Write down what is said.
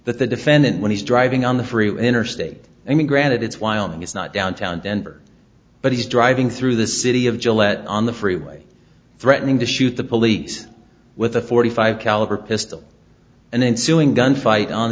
but the defendant when he's driving on the freeway interstate i mean granted it's wyoming it's not downtown denver but he's driving through the city of gillette on the freeway threatening to shoot the police with a forty five caliber pistol and ensuing gunfight on